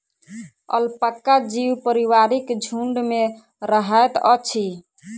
alpaca जीव पारिवारिक झुण्ड में रहैत अछि